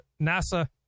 NASA